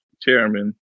chairman